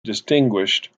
distinguished